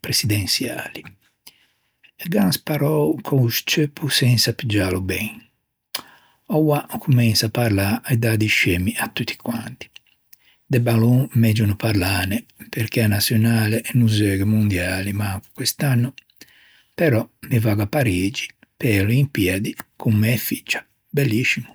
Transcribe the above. presidensiali. Gh'an sparou co-o scceuppo sensa piggiâlo ben. Oua o comensa à parlâ e dâ di scemmi à tutti quanti. De ballon, megio no parlâne perché a naçionale, emmo zeugou i mondiali ma quest'anno, però mi vaggo à Parigi pe-e Olimpiadi con mæ figgia. Belliscimo!